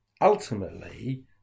ultimately